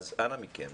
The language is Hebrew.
אנא מכם,